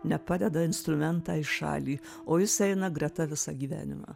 nepadeda instrumentą į šalį o jis eina greta visą gyvenimą